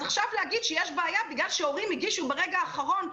אז עכשיו להגיד שיש בעיה מכיוון שהורים הגישו ברגע האחרון,